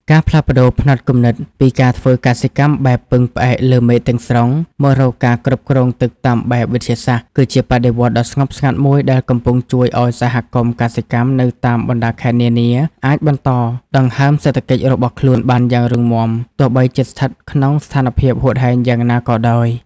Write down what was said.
ការផ្លាស់ប្តូរផ្នត់គំនិតពីការធ្វើកសិកម្មបែបពឹងផ្អែកលើមេឃទាំងស្រុង មករកការគ្រប់គ្រងទឹកតាមបែបវិទ្យាសាស្ត្រ គឺជាបដិវត្តន៍ដ៏ស្ងប់ស្ងាត់មួយដែលកំពុងជួយឱ្យសហគមន៍កសិកម្មនៅតាមបណ្ដាខេត្តនានាអាចបន្តដង្ហើមសេដ្ឋកិច្ចរបស់ខ្លួនបានយ៉ាងរឹងមាំ ទោះបីជាស្ថិតក្នុងស្ថានភាពហួតហែងយ៉ាងណាក៏ដោយ។